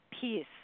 peace